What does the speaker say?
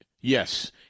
Yes